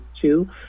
two